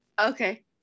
okay